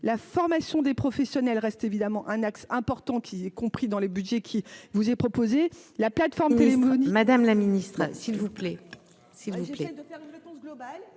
la formation des professionnels reste évidemment un axe important qu'y compris dans les Budgets qui vous est proposé la plateforme téléphonique. Madame la ministre, s'il vous plaît,